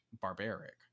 barbaric